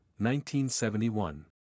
1971